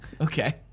Okay